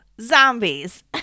zombies